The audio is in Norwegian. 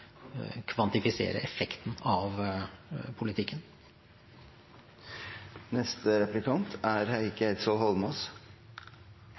kvantifisere effekten av politikken.